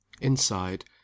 Inside